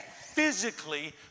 physically